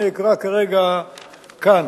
אני אקרא כרגע כאן.